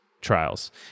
trials